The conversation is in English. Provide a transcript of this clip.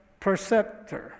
perceptor